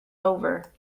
over